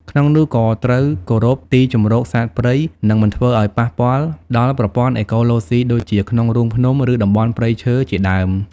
ក្នុងនោះ ក៏ត្រូវគោរពទីជម្រកសត្វព្រៃ និងមិនធ្វើឱ្យប៉ះពាល់ដល់ប្រព័ន្ធអេកូឡូស៊ីដូចជាក្នុងរូងភ្នំ ឬតំបន់ព្រៃឈើជាដើម។